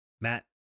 matt